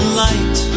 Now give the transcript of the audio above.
light